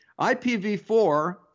IPv4